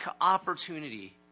opportunity